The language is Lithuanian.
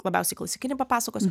labiausiai klasikinį papasakosiu